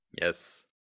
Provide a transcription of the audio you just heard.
Yes